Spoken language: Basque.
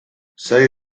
zaila